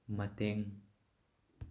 ꯃꯇꯦꯡ